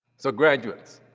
so graduates,